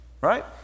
right